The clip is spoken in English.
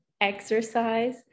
exercise